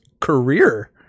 career